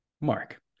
Mark